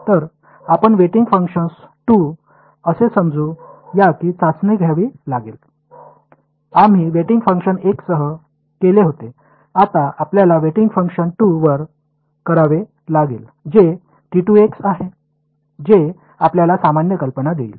तर आपण weighting function 2 असे समजू या की चाचणी घ्यावी लागेल आम्ही वेटिंग फंक्शन 1 सह केले होते आता आपल्याला वेटिंग फंक्शन 2 वर करावे लागेल जे आहे जे आपल्याला सामान्य कल्पना देईल